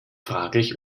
fraglich